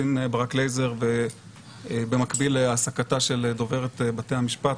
עו"ד ברק לייזר במקביל להעסקתה של דוברת בתי המשפט,